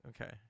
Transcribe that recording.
Okay